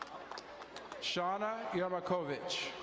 shauna yomakovich.